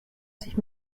sich